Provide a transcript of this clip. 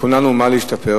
לכולנו במה להשתפר,